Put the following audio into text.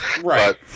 Right